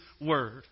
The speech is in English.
Word